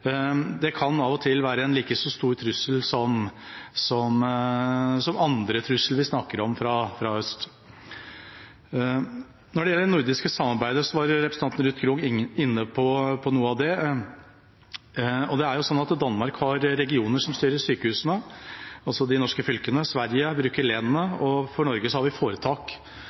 Det kan av og til være en likeså stor trussel som andre trusler vi snakker om fra øst. Når det gjelder det nordiske samarbeidet, var representanten Ruth Grung inne på noe av det. Danmark har regioner som styrer sykehusene, dvs. fylker i Norge, Sverige bruker lenene. I Norge har vi foretak.